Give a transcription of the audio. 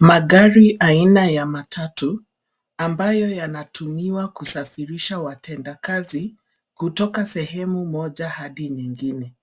Magari aina ya matatu ambayo yanatumiwa kusafirisha watendakazi, kutoka sehemu moja hadi nyingine.